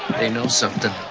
they know something,